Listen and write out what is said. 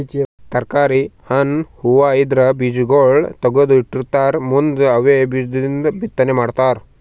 ತರ್ಕಾರಿ, ಹಣ್ಣ್, ಹೂವಾ ಇದ್ರ್ ಬೀಜಾಗೋಳ್ ತಗದು ಇಟ್ಕೊಂಡಿರತಾರ್ ಮುಂದ್ ಅವೇ ಬೀಜದಿಂದ್ ಬಿತ್ತನೆ ಮಾಡ್ತರ್